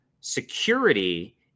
Security